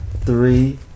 three